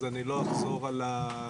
אז אני לא אחזור על הפרטים.